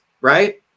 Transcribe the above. right